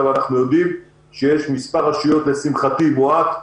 אנחנו יודעים שיש מספר רשויות, לשמחתי מועט,